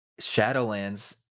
shadowlands